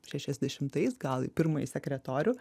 šešiasdešimtais gal į pirmąjį sekretorių